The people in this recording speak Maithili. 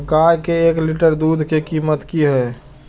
गाय के एक लीटर दूध के कीमत की हय?